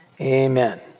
Amen